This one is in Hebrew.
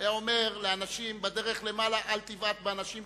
הוא היה אומר לאנשים: בדרך למעלה אל תבעט באנשים,